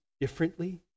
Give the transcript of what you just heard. differently